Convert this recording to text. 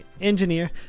Engineer